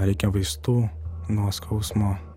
reikia vaistų nuo skausmo